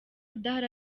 adahari